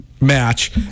match